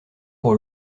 pour